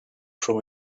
from